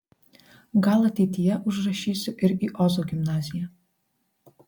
gal ateityje užrašysiu ir į ozo gimnaziją